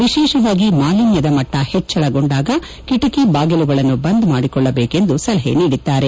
ವಿಶೇಷವಾಗಿ ಮಾಲಿನ್ಯದ ಮಟ್ಟ ಹೆಚ್ಚಳಗೊಂಡಾಗ ಕಿಟಿಕಿ ಬಾಗಿಲುಗಳನ್ನು ಬಂದ್ ಮಾಡಿಕೊಳ್ಳಬೇಕು ಎಂದು ಸಲಹೆ ನೀಡಿದ್ದಾರೆ